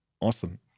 awesome